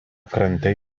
krante